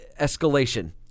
Escalation